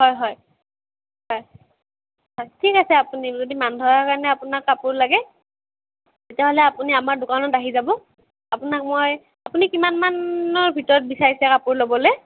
হয় হয় হয় হয় ঠিক আছে আপুনি যদি মান ধৰাৰ কাৰণে আপোনাক কাপোৰ লাগে তেতিয়াহ'লে আপুনি আমাৰ দোকানত আহি যাব আপোনাক মই আপুনি কিমান মানৰ ভিতৰত বিচাৰিছে কাপোৰ ল'বলৈ